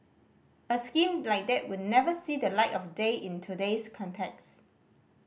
a scheme like that would never see the light of day in today's context